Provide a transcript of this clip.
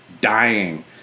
Dying